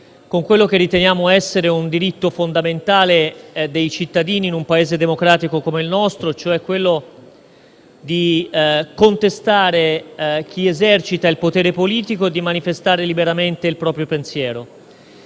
con quello che riteniamo essere un diritto fondamentale dei cittadini in un Paese democratico come il nostro. Mi riferisco al diritto di contestare chi esercita il potere politico, ovvero di manifestare liberamente il proprio pensiero.